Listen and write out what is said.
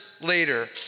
later